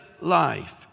life